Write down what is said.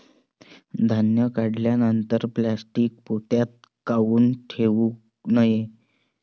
धान्य काढल्यानंतर प्लॅस्टीक पोत्यात काऊन ठेवू नये?